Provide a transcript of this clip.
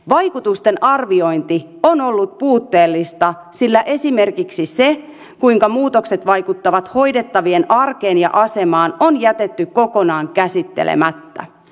vaikutusten arviointi on ollut puutteellista sillä esimerkiksi se kuinka muutokset vaikuttavat hoidettavien arkeen ja asemaan on jätetty kokonaan käsittelemättä